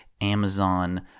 Amazon